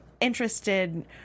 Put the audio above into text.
interested